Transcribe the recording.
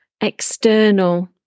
external